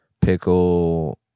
pickle